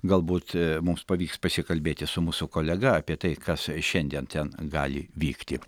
galbūt mums pavyks pasikalbėti su mūsų kolega apie tai kas šiandien ten gali vykti